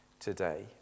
today